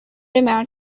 amount